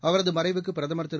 அவரது மறைவுக்கு பிரதமா் திரு